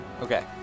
Okay